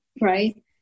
right